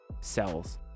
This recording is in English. cells